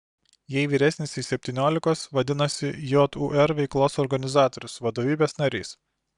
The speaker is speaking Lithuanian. jei vyresnis nei septyniolikos vadinasi jūr veiklos organizatorius vadovybės narys